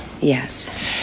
Yes